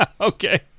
Okay